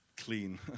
clean